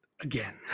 again